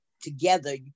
together